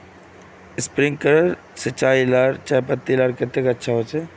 Sprinkler सिंचाई चयपत्ति लार केते अच्छा होचए?